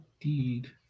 indeed